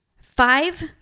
five